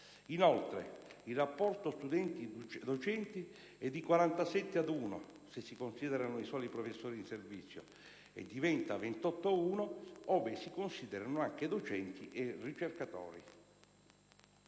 Inoltre, il rapporto studenti-docenti è di 47 ad 1, se si considerano i soli professori in servizio, e diventa 28 a 1, ove si considerino anche docenti e ricercatori.